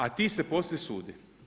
A ti se poslije sudi.